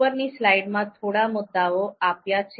ઉપરની સ્લાઇડમાં થોડા મુદ્દાઓ આપ્યા છે